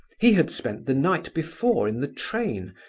he had spent the night before in the train,